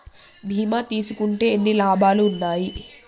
బీమా తీసుకుంటే ఎన్ని లాభాలు ఉన్నాయి?